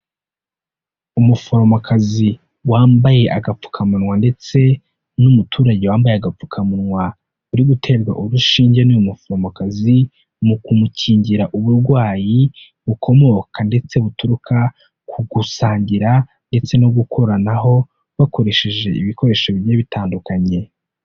Umuforomokazi wambaye agapfukamunwa ndetse n'umuturage wambaye agapfukamunwa, uri guterwa urushinge n'uyu muforomokazi, mu kumukingira uburwayi bukomoka ndetse buturuka ku gusangira ndetse no gukoranaho bakoresheje ibikoresho bigiye bitandukanye.